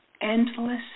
endless